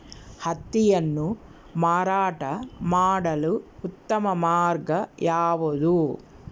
ಹತ್ತಿಯನ್ನು ಮಾರಾಟ ಮಾಡಲು ಉತ್ತಮ ಮಾರ್ಗ ಯಾವುದು?